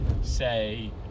say